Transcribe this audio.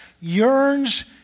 yearns